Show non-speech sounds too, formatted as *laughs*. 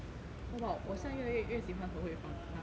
我把我像越来越越喜欢 ho hui fang *laughs*